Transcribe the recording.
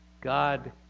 God